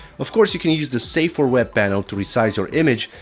of course you can use the save for web panel to resize your image,